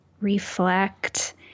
reflect